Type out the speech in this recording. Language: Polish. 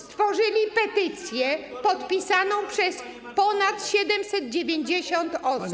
Stworzyli petycję podpisaną przez ponad 790 osób.